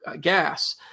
gas